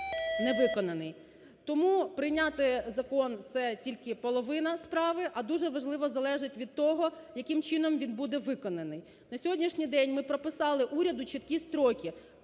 Тому прийняти закон це тільки половина справи, а дуже важливо залежить від того, який чином він буде виконаний. На сьогоднішній день ми прописали уряду чіткі строки,